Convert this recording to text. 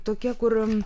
tokie kur